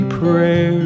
prayer